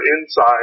inside